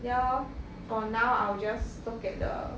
ya lor for now I will just look at the